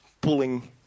pulling